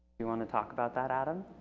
you want to talk about that adam?